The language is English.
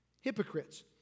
Hypocrites